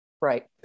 Right